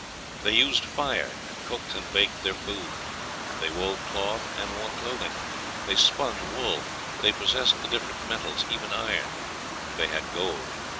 they used fire, and cooked and baked their food they wove cloth and wore clothing they spun wool they possessed the different metals, even iron they had gold.